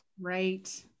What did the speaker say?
Right